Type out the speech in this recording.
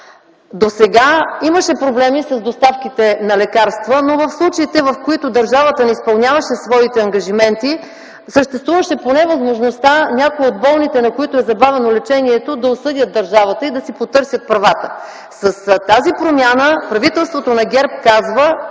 Досега имаше проблеми с доставките на лекарства, но в случаите, в които държавата не изпълняваше своите ангажименти, съществуваше поне възможността някои от болните, на които е забавено лечението, да осъдят държавата и да си потърсят правата. С тази промяна правителството на ГЕРБ казва,